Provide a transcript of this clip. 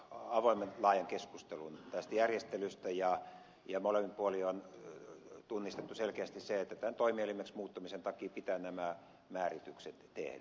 olemme käyneet avoimen laajan keskustelun tästä järjestelystä ja molemmin puolin on tunnistettu selkeästi se että tämän toimielimeksi muuttumisen takia pitää nämä määritykset tehdä